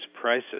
prices